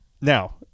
Now